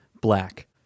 black